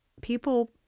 people